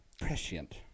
prescient